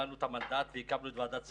כשקיבלנו את המנדט הקמנו את ועדת סגיס.